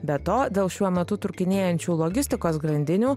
be to dėl šiuo metu trūkinėjančių logistikos grandinių